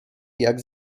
jak